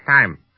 time